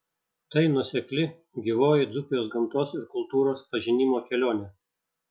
tai nuosekli gyvoji dzūkijos gamtos ir kultūros pažinimo kelionė